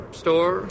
store